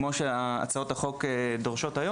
כמו שהצעות החוק הפרטיות דורשות,